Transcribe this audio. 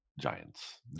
giants